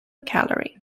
calorie